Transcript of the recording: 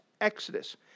Exodus